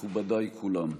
מכובדיי כולם.